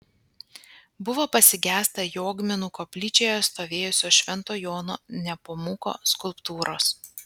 buvo pasigesta jogminų koplyčioje stovėjusios švento jono nepomuko skulptūros